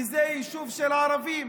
וזה יישוב של ערבים.